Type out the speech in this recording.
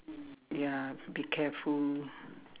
ya be careful